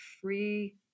free